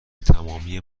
تمامی